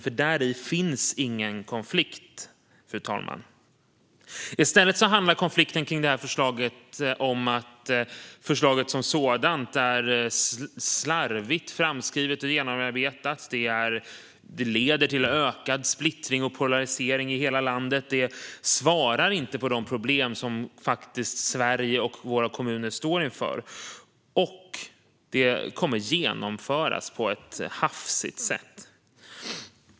En sådan konflikt finns inte, fru talman. Konflikten här handlar i stället om att förslaget som sådant är slarvigt framskrivet och genomarbetat. Det leder till ökad splittring och polarisering i hela landet. Det svarar inte på de problem som Sverige och våra kommuner står inför, och det kommer att genomföras på ett hafsigt sätt.